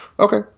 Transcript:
Okay